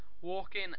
Walking